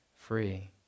free